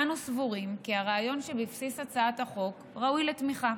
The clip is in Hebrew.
אנו סבורים כי הרעיון שבבסיס הצעת החוק ראוי לתמיכה.